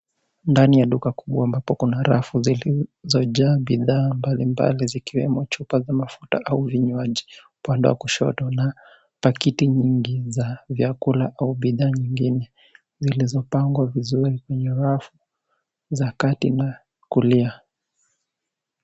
Ndani ya duka kubwa ambapo kuna rafu zilizojaa bidhaa mbalimbali zikiwemo chupa za mafuta au vinywaji upande wa kushoto na paketi nyingi za vyakula au bidhaa nyingine zilizopangwa vizuri kwenye rafu za kati na kulia.